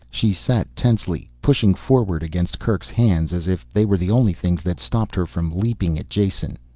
she sat tensely, pushed forward against kerk's hands, as if they were the only things that stopped her from leaping at jason.